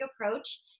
approach